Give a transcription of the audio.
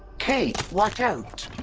kate, watch out!